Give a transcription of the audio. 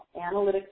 analytics